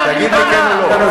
תגיד לי כן או לא.